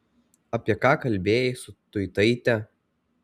apie ką kalbėjai su tuitaite